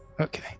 Okay